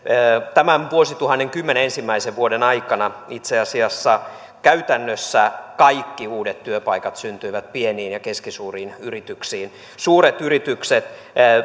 tämän vuosituhannen kymmenen ensimmäisen vuoden aikana itse asiassa käytännössä kaikki uudet työpaikat syntyivät pieniin ja keskisuuriin yrityksiin suuret yritykset